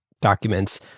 documents